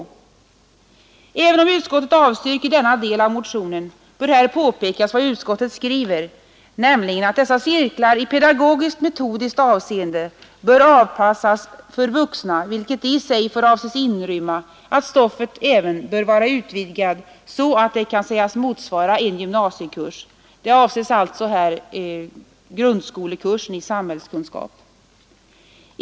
Även om utskottet avstyrker denna del av motionen bör här påpekas vad utskottet skriver, nämligen att dessa cirklar i pedagogiskt metodiskt avseende bör avpassas för vuxna, vilket i sig får avses inrymma att stoffet även kan vara utvidgat så att det kan sägas motsvara en gymnasiekurs. Här avses alltså grundskolekursen i samhällskunskap.